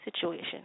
situation